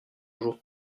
jour